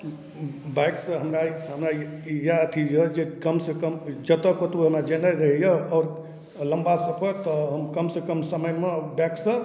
बाइकसँ हमरा हमरा इएह अथी अइ जे कमसँ कम जएतहुँ कतहु हमरा जेनाइ रहैए आओर लम्बा सफर तऽ हम कमसँ कम समयमे बाइकसँ